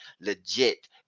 legit